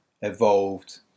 evolved